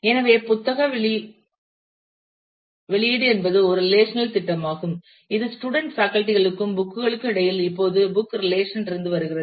எனவே புத்தக வெளியீடு என்பது ஒரு ரெலேஷனல் திட்டமாகும் இது ஸ்டூடண்ட் பேக்கல்டி களுக்கும் புக் களுக்கும் இடையில் இப்போது புக் ரிலேஷன் இருந்து வருகிறது